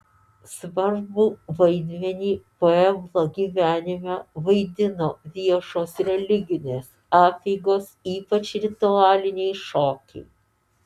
svarbų vaidmenį pueblo gyvenime vaidino viešos religinės apeigos ypač ritualiniai šokiai